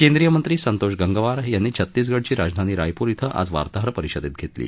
केंद्रीय मंत्री संतोष गंगवार यांनी छत्तीसगडची राजधानी रायपूर श्वे आज वार्ताहर परिषद घेतली